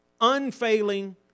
unfailing